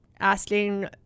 asking